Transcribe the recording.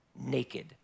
naked